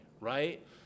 right